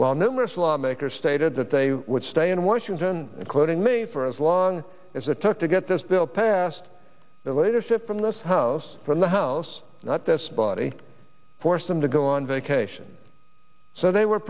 while numerous lawmakers stated that they would stay in washington including me for as long as it took to get this bill passed the leadership from this house from the house that this body forced them to go on vacation so they were